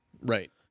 Right